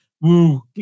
woo